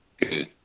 Good